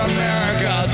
America